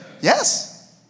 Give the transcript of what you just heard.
Yes